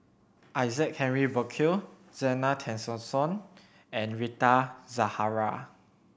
Isaac Henry Burkill Zena Tessensohn and Rita Zahara